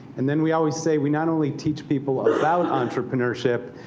and then we always say we not only teach people about entrepreneurship,